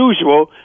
usual